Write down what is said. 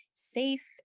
safe